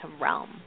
realm